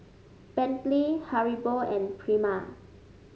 Bentley Haribo and Prima